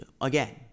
again